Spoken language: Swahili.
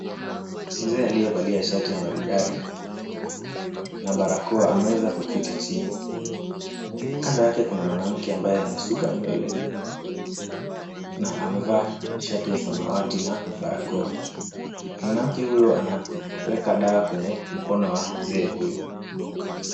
Mzee aliyevalia shati ya maridadi na barakoa ameweza kuketi chini. Kando yake kuna mwanamke ambaye amesuka nywele na amevaa shati ya samawati na barakoa. Mwanamke huyu anaweka dawa kwenye mkono wa mzee huyu.